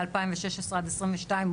מ-2016 עד 2022,